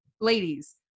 ladies